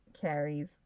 Carrie's